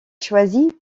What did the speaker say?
choisit